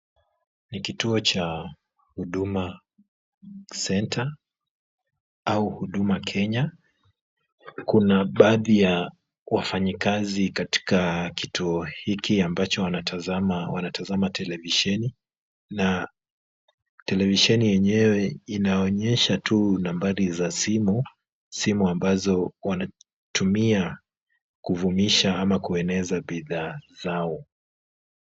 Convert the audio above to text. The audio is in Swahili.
Ni kituo cha Huduma Center au Huduma Kenya, kuna baadhi ya wafanyikazi katika kituo hiki ambao wanatazama, wanatazama televisheni na televisheni yenyewe inaonyesha tu nambari za simu, simu ambazo wanatumia kuvumisha au kueneza bidhaa zao.